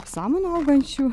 samanų augančių